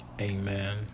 amen